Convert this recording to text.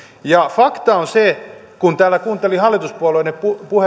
fakta on se että kun täällä kuunteli hallituspuolueiden